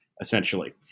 Essentially